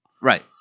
right